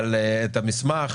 המסמך